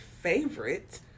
favorite